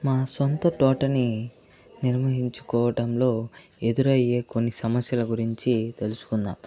మా సొంత తోటని నిర్వహించుకోవడంలో ఎదురయ్యే కొన్ని సమస్యల గురించి తెలుసుకుందాం